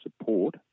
support